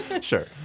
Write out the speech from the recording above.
Sure